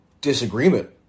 disagreement